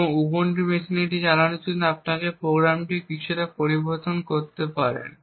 এবং আপনার উবুন্টু মেশিনে এটি চালানোর জন্য আপনি এই প্রোগ্রামটিকে কিছুটা পরিবর্তন করতে পারেন